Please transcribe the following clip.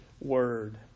Word